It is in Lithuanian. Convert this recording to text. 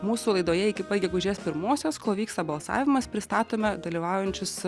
mūsų laidoje iki pat gegužės pirmosios kol vyksta balsavimas pristatome dalyvaujančius